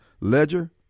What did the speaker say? ledger